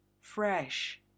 fresh